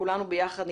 כולנו ביחד,